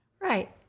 Right